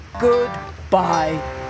goodbye